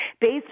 based